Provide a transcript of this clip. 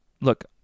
look